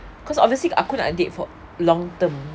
cause obviously aku nak date for long term